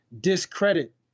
discredit